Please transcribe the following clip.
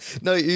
No